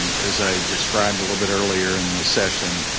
as i described a little bit earlier in the session,